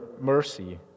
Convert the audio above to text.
mercy